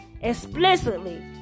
explicitly